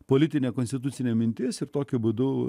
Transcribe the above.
politinę konstitucinę minties ir tokiu būdu